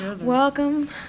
welcome